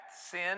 sin